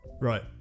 Right